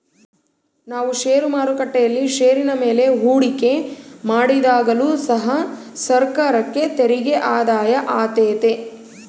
ನಾವು ಷೇರು ಮಾರುಕಟ್ಟೆಯಲ್ಲಿ ಷೇರಿನ ಮೇಲೆ ಹೂಡಿಕೆ ಮಾಡಿದಾಗಲು ಸಹ ಸರ್ಕಾರಕ್ಕೆ ತೆರಿಗೆ ಆದಾಯ ಆತೆತೆ